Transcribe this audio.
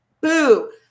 boo